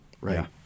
right